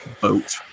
boat